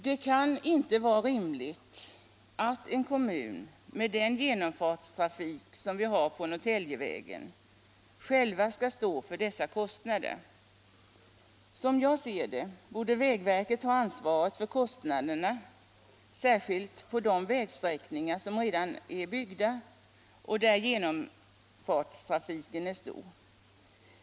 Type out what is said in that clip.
Det kan inte vara rimligt att kommunen, med den genomfartstrafik som vi har på Norrtäljevägen, själv skall stå för dessa kostnader. Som jag ser det borde vägverket ha ansvaret för kostnaderna särskilt på de vägsträckningar som redan är byggda och där genomfartstrafiken är stor.